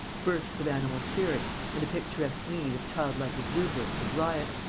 bursts of animal spirits and a picturesque need of childlike exuberance and riot.